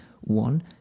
one